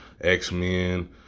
X-Men